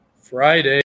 friday